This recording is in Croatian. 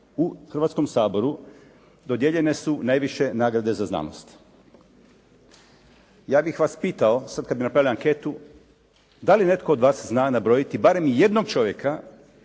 u Hrvatskom saboru dodijeljene su najviše nagrade za znanost. Ja bih vas pitao, sad kad bi napravili anketu da li netko od vas zna nabrojiti barem jednog čovjeka